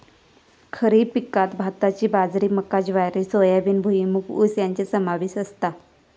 खरीप पिकांत भाताची बाजरी मका ज्वारी सोयाबीन भुईमूग ऊस याचो समावेश असता